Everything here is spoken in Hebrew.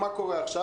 מה קורה עכשיו?